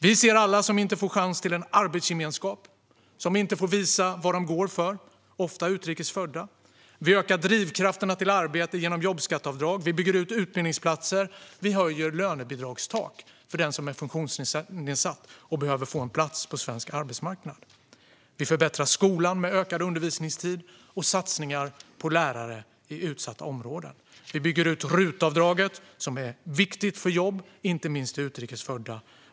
Vi ser alla som inte får chans till en arbetsgemenskap och som inte får visa vad de går för - ofta utrikes födda. Vi ökar drivkrafterna till arbete genom jobbskatteavdrag, vi bygger ut utbildningsplatser och vi höjer lönebidragstak för den som är funktionsnedsatt och behöver få en plats på svensk arbetsmarknad. Vi förbättrar skolan med ökad undervisningstid och satsningar på lärare i utsatta områden. Vi bygger ut RUT-avdraget, som är viktigt för jobb, inte minst till utrikes födda.